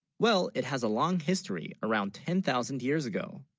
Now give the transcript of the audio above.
well it has a long history around ten thousand years, ago